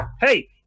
hey